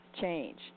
change